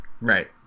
right